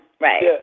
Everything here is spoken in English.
Right